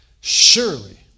Surely